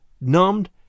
numbed